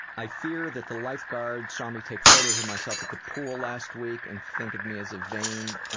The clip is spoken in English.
i fear that the lifeguard saw me take photos of myself at the pool last week and think of me as a vain,